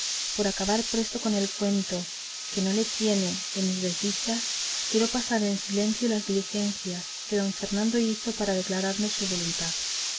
por acabar presto con el cuento que no le tiene de mis desdichas quiero pasar en silencio las diligencias que don fernando hizo para declararme su voluntad